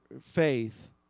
faith